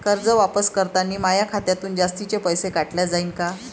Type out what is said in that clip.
कर्ज वापस करतांनी माया खात्यातून जास्तीचे पैसे काटल्या जाईन का?